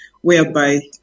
whereby